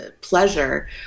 pleasure